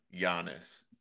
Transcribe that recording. Giannis